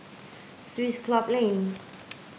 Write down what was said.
Swiss Club Lane